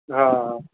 हा